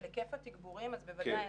של היקף התגבורים, בוודאי.